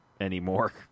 anymore